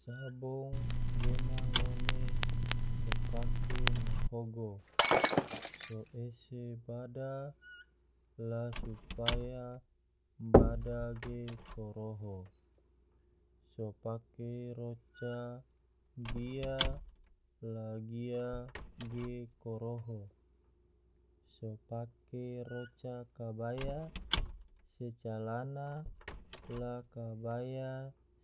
Sabong gena ngone so pake mahogo, so ese bada la supaya bada ge koroho, so pake roca gia la gia ge koroho, so pake roca kabaya se calana la kabaya